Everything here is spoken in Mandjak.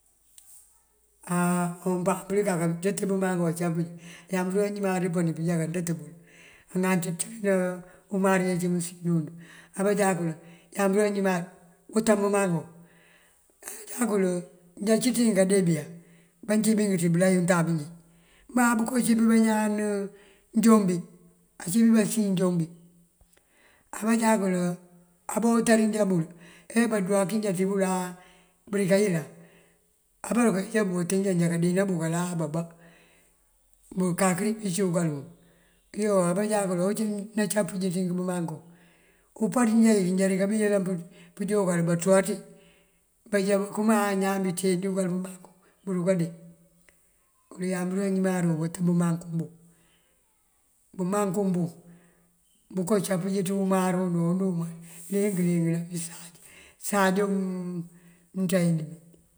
Áa umpapëli kakandënti bëmangú acápënjí áa yambërus këmband pëlund anakandënt bël. Aŋal kanţíj umañu asínund abajá kul yambërus yimara wëtan bumangú. Abajá kul jancí ţí kondeebí bancímbí ţí belay ţí untab bí injá má bonko cí bí bañaan jombí ací bí basin jombí. Abujá kël abuwëtari njá bël ajá bandúuwank njá dí bëla bërinkayëlan abandunka já bunká wët njá jakand bëkëlaba bunkakak dí bíic bëkël bun yoo. Abajá kël ocí nancepënjink bëmangú umpaţ ngá jandika biyëlan pënjá bëkël banţúwa ţí. Bajá bankëma ñaan binţinjí bëkël pëmangú bunka ndukande uwul wí yambayar duwëtan bumangú bun. Bumangú bun boonko campinjí ţí umbar unú inkiri saliou mënţeend.